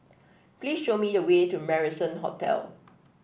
please show me the way to Marrison Hotel